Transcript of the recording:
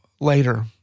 later